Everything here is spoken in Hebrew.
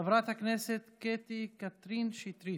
חברת הכנסת קטי קטרין שטרית.